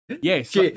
Yes